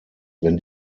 wenn